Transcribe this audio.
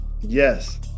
Yes